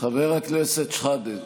חבר הכנסת שחאדה.